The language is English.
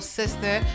sister